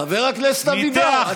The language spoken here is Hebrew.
חבר הכנסת אבידר,